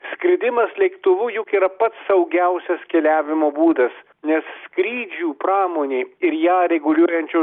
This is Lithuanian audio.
skridimas lėktuvu juk yra pats saugiausias keliavimo būdas nes skrydžių pramonė ir ją reguliuojančios